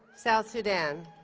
south sudan